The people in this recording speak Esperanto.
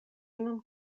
nun